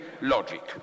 logic